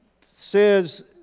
says